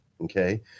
okay